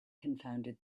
confounded